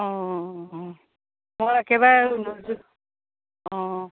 অঁ মই একেবাৰে অঁ